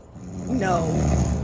No